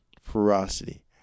ferocity